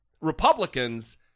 Republicans